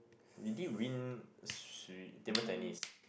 we did win swi~ table tennis